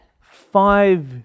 Five